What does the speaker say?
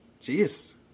Jeez